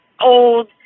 old